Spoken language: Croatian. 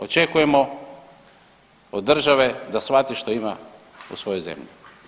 Očekujemo od države da shvati što ima u svojoj zemlji.